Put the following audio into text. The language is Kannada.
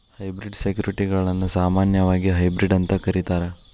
ಹೈಬ್ರಿಡ್ ಸೆಕ್ಯುರಿಟಿಗಳನ್ನ ಸಾಮಾನ್ಯವಾಗಿ ಹೈಬ್ರಿಡ್ ಅಂತ ಕರೇತಾರ